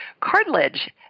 cartilage